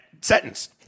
sentence